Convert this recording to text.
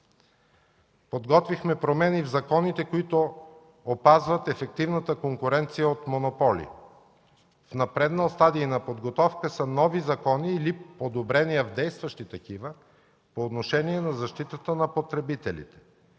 Подготвихме промени в законите, които опазват ефективната конкуренция от монополите. В напреднал стадий на подготовка са нови закони или подобрения в действащи такива по отношение на защитата на потребителите.